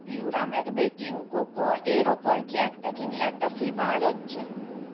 পিউরামেট baking cocoa এর ওপর কি একটা কিনলে একটা ফ্রি পাওয়া যাচ্ছে